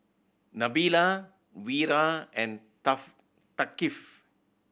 Nabila Wira and Thaqif